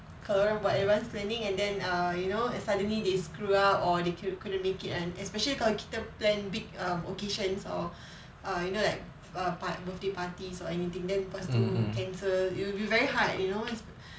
kalau orang buat advance planning and then err you know suddenly they screw up or they couldn't make it and especially kalau kita plan big um occasions or err you know like err part~ birthday parties or anything then lepas tu cancel it will be very hard you know